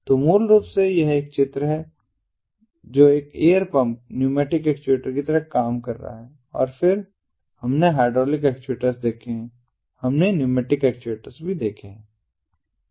तो मूल रूप से यह एक चित्र है जो एक एयर पंप न्यूमेटिक एक्चुएटर की तरह काम कर रहा है और फिर हमने हाइड्रोलिक एक्चुएटर्स देखें है हमने न्यूमेटिक एक्चुएटर्स भी देखें है